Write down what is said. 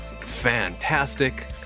fantastic